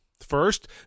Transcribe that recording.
First